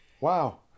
Wow